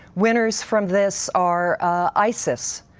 winners from this are ah isis,